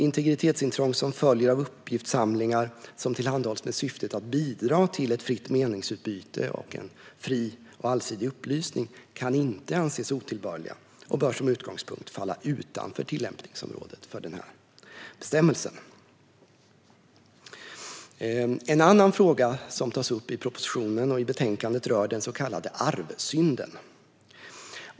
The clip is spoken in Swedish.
Integritetsintrång som följer av uppgiftssamlingar som tillhandahålls med syftet att bidra till ett fritt meningsutbyte och en fri och allsidig upplysning kan inte anses vara otillbörliga och bör som utgångspunkt falla utanför tillämpningsområdet för bestämmelsen. En annan fråga, som tas upp i propositionen och i betänkandet, rör den så kallade arvsynden.